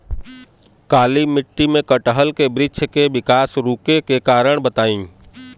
काली मिट्टी में कटहल के बृच्छ के विकास रुके के कारण बताई?